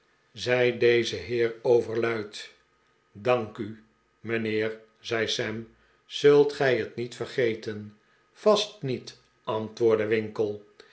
kanselarij gevangene deze heer overluid dank u mijnheer zei sara zult gij het niet vergeten vast niet aritwoordde winkle